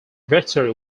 victory